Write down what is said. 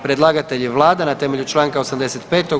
Predlagatelj je Vlada na temelju Članka 85.